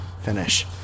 finish